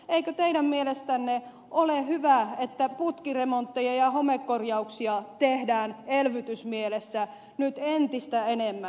eikö teidän mielestänne ole hyvä että putkiremontteja ja homekorjauksia tehdään elvytysmielessä nyt entistä enemmän